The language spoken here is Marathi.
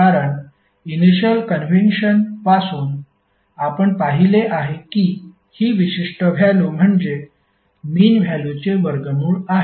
कारण इनिशिअल कन्व्हेन्शन पासून आपण पाहिले आहे की हि विशिष्ट व्हॅल्यु म्हणजे मिन व्हॅल्युचे वर्गमूळ आहे